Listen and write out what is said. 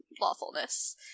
lawfulness